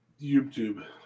youtube